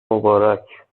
مبارک